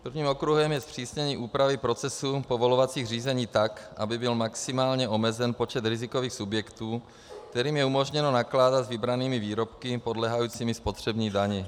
Prvním okruhem je zpřísnění úpravy procesu povolovacích řízení tak, aby byl maximálně omezen počet rizikových subjektů, kterým je umožněno nakládat s vybranými výrobky podléhajícími spotřební dani.